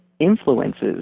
influences